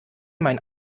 mein